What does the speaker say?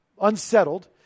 unsettled